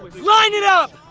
line it up!